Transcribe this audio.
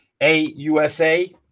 AUSA